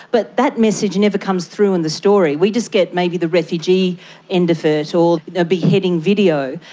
but that message never comes through in the story. we just get maybe the refugee end of it or a beheading video.